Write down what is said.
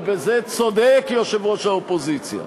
ובזה צודק יושב-ראש האופוזיציה,